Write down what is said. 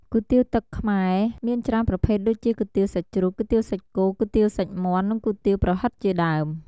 គុយទាវទឹកខ្មែរ មានច្រើនប្រភេទដូចជា គុយទាវសាច់ជ្រូក គុយទាវសាច់គោ គុយទាវសាច់មាន់ និងគុយទាវប្រហិតជាដើម។